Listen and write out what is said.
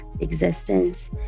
existence